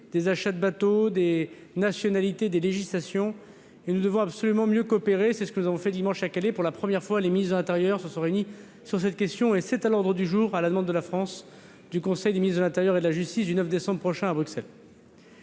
des circuits financiers, des nationalités et des législations pour l'achat de bateaux. Nous devons absolument mieux coopérer. C'est ce que nous avons fait dimanche à Calais : pour la première fois, les ministres de l'intérieur se sont réunis sur cette question, qui sera à l'ordre du jour, sur la demande de la France, du Conseil des ministres de l'intérieur et de la justice du 9 décembre prochain à Bruxelles.